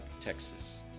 Texas